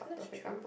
that's true